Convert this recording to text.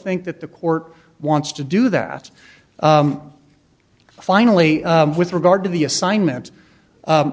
think that the court wants to do that finally with regard to the assignment i